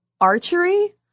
archery